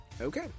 Okay